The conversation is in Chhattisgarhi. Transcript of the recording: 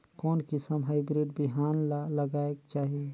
कोन किसम हाईब्रिड बिहान ला लगायेक चाही?